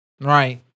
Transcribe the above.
Right